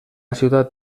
ciutat